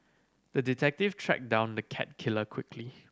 the detective tracked down the cat killer quickly